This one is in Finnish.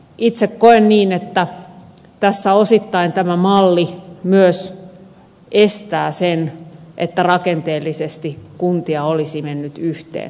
itse koen niin että tässä osittain tämä malli myös estää sen että rakenteellisesti kuntia olisi mennyt yhteen